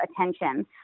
attention